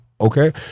okay